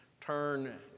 turn